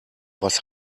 was